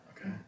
Okay